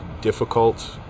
difficult